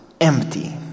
empty